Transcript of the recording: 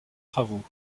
travaux